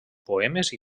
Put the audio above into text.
poemes